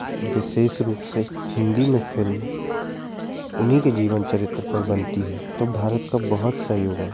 विशेष रूप से हिन्दी मे फ़िल्म उन्हीं के जीवन चरित्र पर बनती है तो भारत का बहुत सही होगा